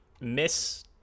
miss